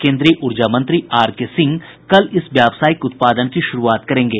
केन्द्रीय ऊर्जा मंत्री आरके सिंह कल इस व्यावसायिक उत्पादन की शुरूआत करेंगे